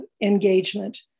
engagement